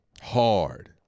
Hard